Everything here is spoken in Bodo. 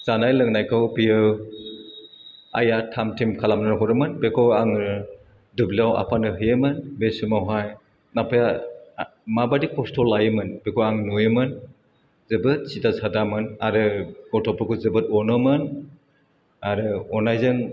जानाय लोंनायखौ बियो आइआ थाम थिम खालामना हरोमोन बेखौ आङो दुब्लियाव आफानो हैयोमोन बे समावहाय आफाया माबायदि खस्थ' लायोमोन बेखौ आं नुयोमोन जोबोर सिदा सादामोन आरो गथ'फोरखौ जोबोद अनोमोन आरो अन्नायजों